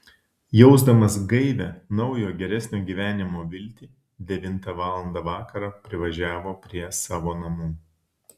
jausdamas gaivią naujo geresnio gyvenimo viltį devintą valandą vakaro privažiavo prie savo namų